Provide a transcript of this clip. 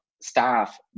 staff